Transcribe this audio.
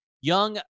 young